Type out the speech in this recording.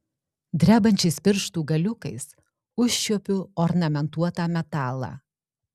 drebančiais pirštų galiukais užčiuopiu ornamentuotą metalą